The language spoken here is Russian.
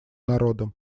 народом